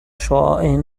شعاع